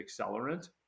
accelerant